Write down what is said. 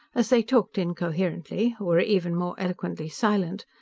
as they talked incoherently, or were even more eloquently silent,